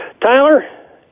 Tyler